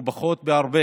הוא הרבה